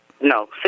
no